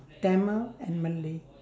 tamil and malay